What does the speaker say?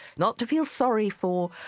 not to feel sorry for,